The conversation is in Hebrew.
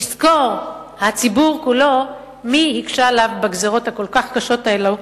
יזכור הציבור כולו מי הקשה עליו בגזירות הכל-כך קשות האלו,